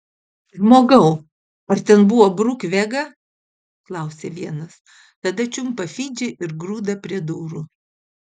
žmogau ar ten buvo bruk vega klausia vienas tada čiumpa fidžį ir grūda prie durų